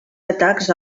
atacs